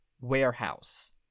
warehouse